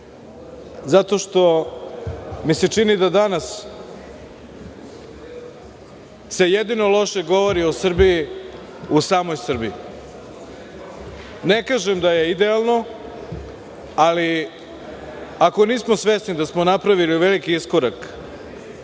zato što mi se čini da se danas jedino loše govori o Srbiji u samoj Srbiji. Ne kažem da je idealno, ali ako nismo svesni da smo napravili veliki iskorak